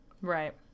Right